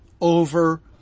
over